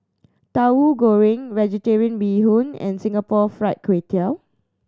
Tauhu Goreng Vegetarian Bee Hoon and Singapore Fried Kway Tiao